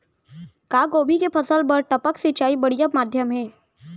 का गोभी के फसल बर टपक सिंचाई बढ़िया माधयम हे?